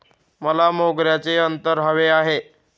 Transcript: मला मोगऱ्याचे अत्तर हवे आहे